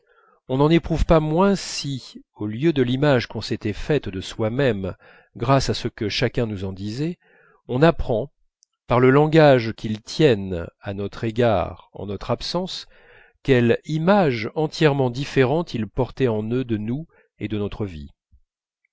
on n'en éprouve pas moins si au lieu de l'image qu'on s'était faite de soi-même grâce à ce que chacun nous en disait on apprend par le langage qu'ils tiennent à notre égard en notre absence quelle image entièrement différente ils portaient en eux de notre vie